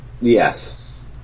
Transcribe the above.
Yes